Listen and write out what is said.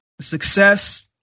Success